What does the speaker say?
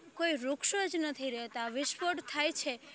કોઈ વૃક્ષો જ નથી રહેતા વિસ્ફોટ થાય છે